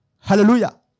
Hallelujah